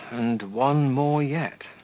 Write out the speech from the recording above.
and one more yet,